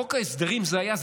בחוק ההסדרים זה היה.